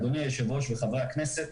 אדוני היושב-ראש וחברי הכנסת,